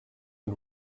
and